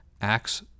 Acts